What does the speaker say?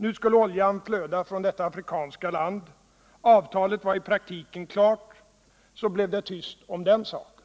Nu skulle olja flöda från detta afrikanska tand. Avtalet vari praktiken klart. Så blev det tyst också om den saken.